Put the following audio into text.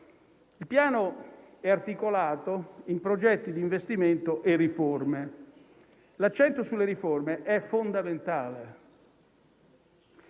Il Piano è articolato in progetti di investimento e riforme. L'accento sulle riforme è fondamentale.